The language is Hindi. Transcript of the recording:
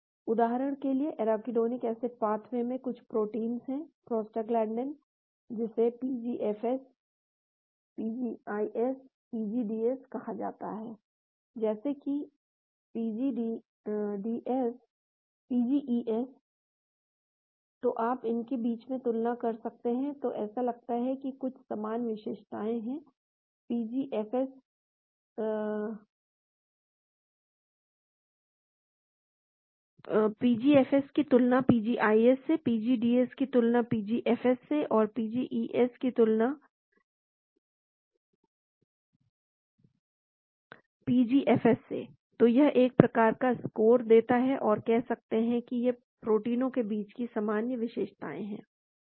उदाहरण के लिए एराकिडोनिक एसिड पाथवे में कुछ प्रोटीन हैं प्रोस्टाग्लैंडिन जिसे पीजीएफएस पीजीआईएस पीजीडीएस कहा जाता है जैसे कि पीजीईएस तो आप इनके बीच में तुलना कर सकते हैं तो ऐसा लगता है कि कुछ समान विशेषताएं हैं PGFS की तुलना PGIS से PGDS की तुलना PGFS से PGES की तुलना PGIS से PGES की तुलना PGFS से तो यह एक प्रकार का स्कोर देता है और कह सकते हैं कि ये इन प्रोटीनों के बीच की सामान्य विशेषताएं हैं